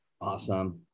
Awesome